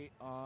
on